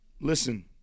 listen